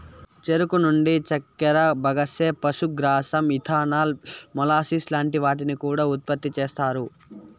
చెరుకు నుండి చక్కర, బగస్సే, పశుగ్రాసం, ఇథనాల్, మొలాసిస్ లాంటి వాటిని కూడా ఉత్పతి చేస్తారు